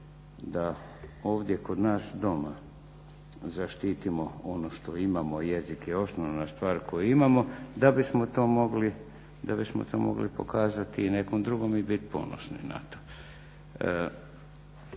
da ovdje kod nas doma zaštitimo ono što imamo jezik je osnovana stvar koju imamo da bismo to mogli pokazati nekom drugom i biti ponosni na to.